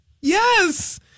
Yes